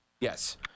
yes